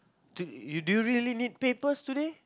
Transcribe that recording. dude do you really need papers today